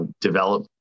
develop